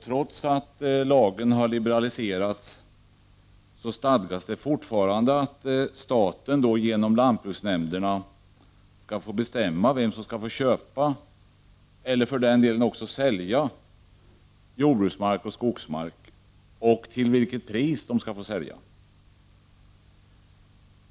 Trots att lagen har liberaliserats så stadgas det fortfarande att staten genom lantbruksnämnderna skall få bestämma vem som skall få köpa, eller för den delen sälja, jordbruksmark och skogsmark och till vilket pris.